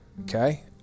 okay